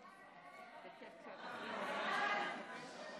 חוק הבטחת הכנסה (תיקון מס' 55),